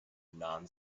non